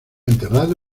enterrado